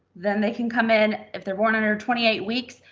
then they can come in. if they're born under twenty eight weeks,